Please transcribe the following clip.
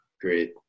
Great